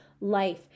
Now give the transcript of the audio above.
life